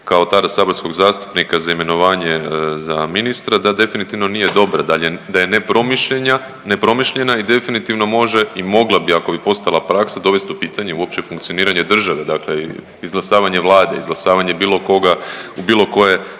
kao … saborskog zastupnika za imenovanje za ministra da definitivno nije dobra da je nepromišljena i definitivno može i mogla bi ako bi postala praksa dovesti u pitanje uopće funkcioniranje države, dakle izglasavanje vlade, izglasavanje bilo koga u bilo koje